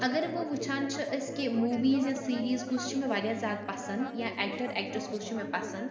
اگر وٕ وٕچھان چھِ أسۍ کہِ موٗویٖز یا سیٖریز کُس چھِ مےٚ واریاہ زیادٕ پَسنٛد یا اٮ۪کٹَر اٮ۪کٹرٛٮ۪س کُس چھُ مےٚ پَسنٛد